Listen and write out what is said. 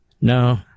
No